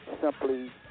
simply